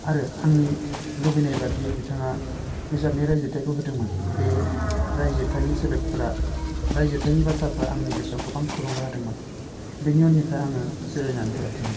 आरो आंनि लुबैनाय बादियै बिथाङा बिजाबनि रायजिरथायखौ होदोंमोन बे रायजिरथायनि सोदोबफोरा रायजिरथायनि बाथ्राफ्रा आंनि गोसोआव गोबां थुलुंगा होदोंमोन बेनि उननिफ्राय आङो जिरायनानै थायाखैमोन